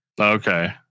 Okay